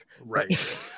Right